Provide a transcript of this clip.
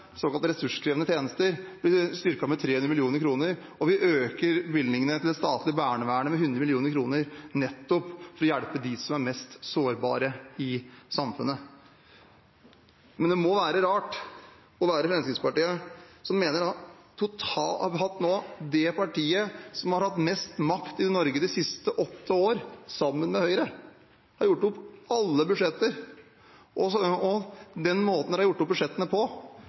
såkalte ressurskrevende tjenester, blir det styrket med 300 mill. kr. Og vi øker bevilgningene til det statlige barnevernet med 100 mill. kr, nettopp for å hjelpe dem som er mest sårbare i samfunnet. Men det må være rart å være Fremskrittspartiet – det partiet som har hatt mest makt i Norge de siste åtte år, sammen med Høyre, og har gjort opp alle budsjetter. Den måten de har gjort opp budsjettene på,